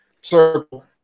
circle